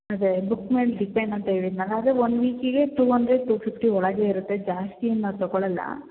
ಅದೇ ಬುಕ್ ಮೇಲೆ ಡಿಪೆಂಡ್ ಅಂತ ಹೇಳಿದ್ನಲ್ಲ ಅದೇ ಒಂದು ವೀಕಿಗೆ ಟೂ ಹಂಡ್ರೆಡ್ ಟೂ ಫಿಫ್ಟಿ ಒಳಗೆ ಇರುತ್ತೆ ಜಾಸ್ತಿ ಏನು ನಾನು ತಗೋಳಲ್ಲ